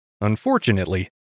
Unfortunately